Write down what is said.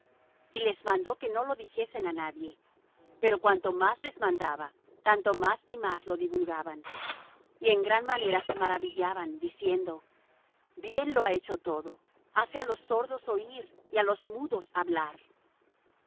y les mandó que no lo dijesen á nadie pero cuanto más les mandaba tanto más y más lo divulgaban y en gran manera se maravillaban diciendo bien lo ha hecho todo hace á los sordos oir y á los mudos hablar